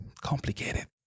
complicated